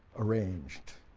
arranged.